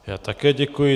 Já také děkuji.